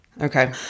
Okay